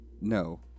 no